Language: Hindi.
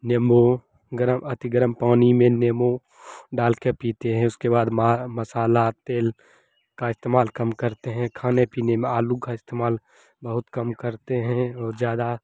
निम्बू गर्म अति गर्म पानी में निम्बू डाल कर पीते हैं उसके बाद मा मसाला तेल का इस्तेमाल कम करते हैं खाने पीने में आलू का इस्तेमाल बहुत कम करते हैं और ज़्यादा